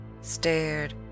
stared